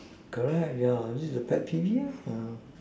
correct yeah this is pet peeve lor